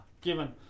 given